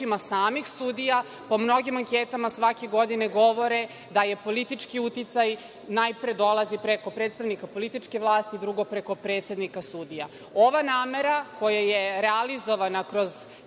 samih sudija, po mnogim anketama svake godine govore da politički uticaj najpre dolazi preko predstavnika političke vlasti, drugo preko predsednika sudova. Ova namera koja je realizovana kroz